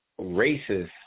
racist